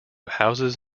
houses